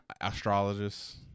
Astrologist